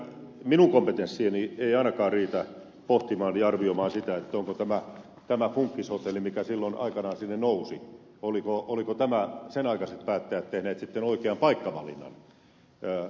minun kompetenssini ei ainakaan riitä pohtimaan ja arvioimaan sitä olivatko tämän funkishotellin mikä silloin aikanaan sinne nousi sen aikaiset päättäjät tehneet sitten oikean paikkavalinnan